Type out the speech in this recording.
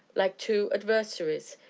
like two adversaries,